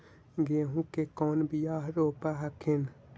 गेहूं के कौन बियाह रोप हखिन?